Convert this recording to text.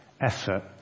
effort